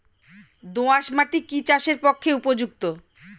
দোআঁশ মাটি কি চাষের পক্ষে উপযুক্ত?